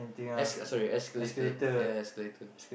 esca~ sorry escalator ya escalator